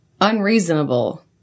Unreasonable